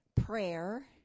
prayer